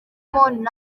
n’abagize